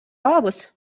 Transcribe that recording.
алабыз